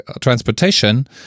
transportation